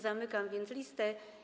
Zamykam więc listę.